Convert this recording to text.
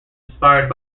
inspired